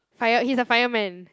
fire he is a fireman